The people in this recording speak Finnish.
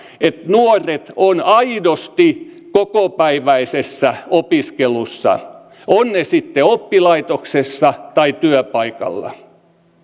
että nuoret ovat aidosti kokopäiväisessä opiskelussa ovat he sitten oppilaitoksessa tai työpaikalla